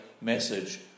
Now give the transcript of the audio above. message